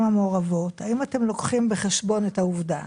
המעורבות אתם לוקחים בחשבון את העובדה